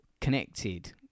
connected